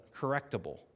correctable